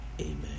amen